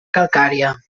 calcària